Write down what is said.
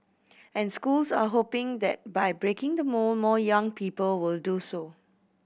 and schools are hoping that by breaking the mould more young people will do so